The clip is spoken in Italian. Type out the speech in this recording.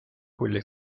quelle